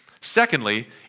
Secondly